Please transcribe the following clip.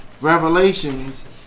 Revelations